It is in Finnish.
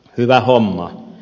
hyvä homma